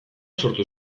sortu